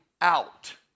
out